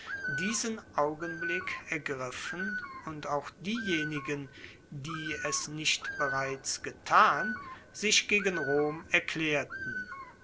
diesen augenblick ergriffen und auch diejenigen die es nicht bereits getan sich gegen rom erklaerten